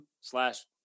slash